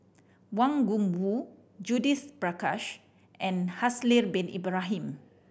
Wang Gungwu Judith Prakash and Haslir Bin Ibrahim